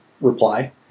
reply